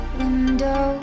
window